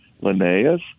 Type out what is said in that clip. Linnaeus